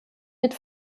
mit